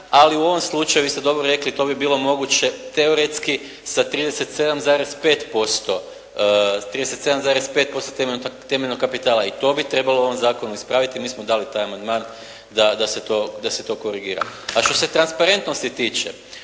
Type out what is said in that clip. Ali u ovom slučaju vi ste dobro rekli to bi bilo moguće teoretski sa 37,5% temeljnog kapitala i to bi trebalo u ovom zakonu ispraviti. I mi smo dali taj amandman da se to korigira. A što se transparentnosti tiče